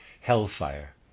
hellfire